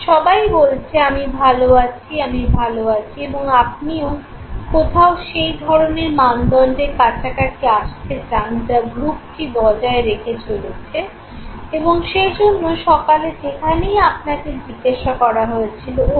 সবাই বলছে আমি ভালো আছি আমি ভালো আছি এবং আপনি কোথাও সেই ধরণের মানদণ্ডের কাছাকাছি আসতে চান যা গ্রুপটি বজায় রেখে চলেছে এবং সেইজন্য সকালে যেখানেই আপনাকে জিজ্ঞাসা করা হয়েছিল ওহ